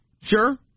Sure